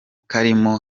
karimo